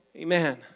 Amen